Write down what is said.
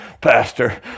pastor